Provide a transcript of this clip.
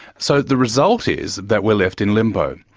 so, the result is that we're left in limbo.